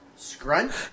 Scrunch